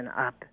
up